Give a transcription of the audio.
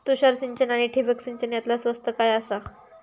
तुषार सिंचन आनी ठिबक सिंचन यातला स्वस्त काय आसा?